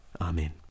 Amen